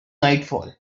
nightfall